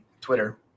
Twitter